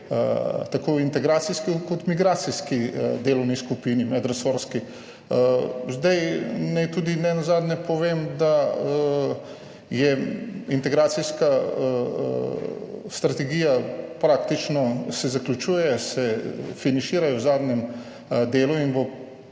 tako v integracijski kot migracijski medresorski delovni skupini. Naj tudi nenazadnje povem, da se integracijska strategija praktično zaključuje, se finišira, je v zadnjem delu in bo